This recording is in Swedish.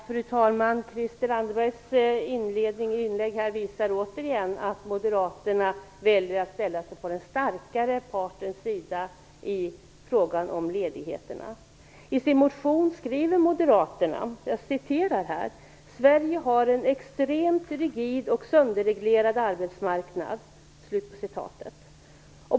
Fru talman! Christel Anderbergs inlägg visar återigen att moderaterna väljer att ställa sig på den starkare partens sida i fråga om ledigheterna. I sin motion skriver moderaterna: Sverige har en extremt rigid och sönderreglerad arbetsmarknad.